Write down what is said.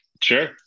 Sure